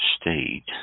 state